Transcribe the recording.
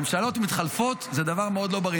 ממשלות מתחלפות זה דבר מאוד לא בריא.